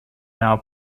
now